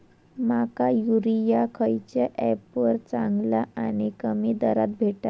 माका युरिया खयच्या ऍपवर चांगला आणि कमी दरात भेटात?